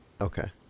Okay